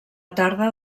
tarda